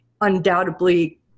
Undoubtedly